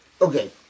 Okay